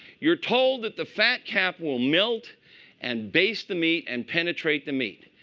you're told that the fat cap will melt and baste the meat and penetrate the meat.